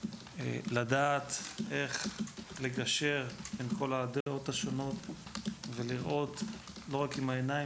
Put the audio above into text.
לדעת איך לגשר עם כל הדעות השונות ולראות לא רק עם העיניים,